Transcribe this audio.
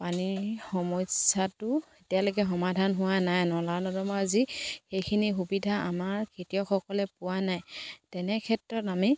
পানীৰ সমস্যাটো এতিয়ালৈকে সমাধান হোৱা নাই নলা নৰ্দমা যি সেইখিনি সুবিধা আমাৰ খেতিয়কসকলে পোৱা নাই তেনে ক্ষেত্ৰত আমি